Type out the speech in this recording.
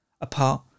apart